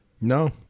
No